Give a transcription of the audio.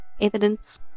evidence